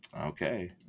Okay